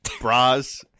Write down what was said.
bras